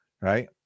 right